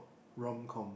romcom